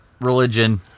religion